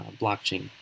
blockchain